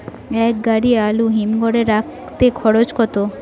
এক গাড়ি আলু হিমঘরে রাখতে খরচ কত?